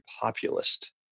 populist